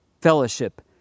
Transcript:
fellowship